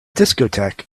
discotheque